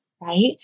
right